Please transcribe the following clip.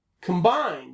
combined